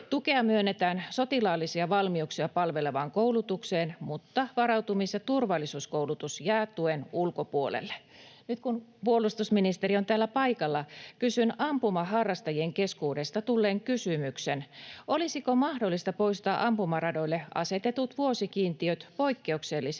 Tukea myönnetään sotilaallisia valmiuksia palvelevaan koulutukseen, mutta varautumis- ja turvallisuuskoulutus jää tuen ulkopuolelle. Nyt kun puolustusministeri on täällä paikalla, kysyn ampumaharrastajien keskuudesta tulleen kysymyksen: olisiko mahdollista poistaa ampumaradoille asetetut vuosikiintiöt, jotka on siis